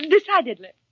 Decidedly